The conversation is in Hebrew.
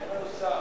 אין לנו שר.